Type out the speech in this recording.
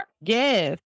Yes